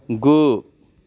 गु